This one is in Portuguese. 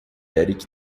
erik